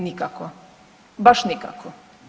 Nikako, baš nikako.